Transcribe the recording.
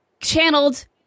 channeled